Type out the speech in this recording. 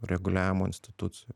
reguliavimo institucijų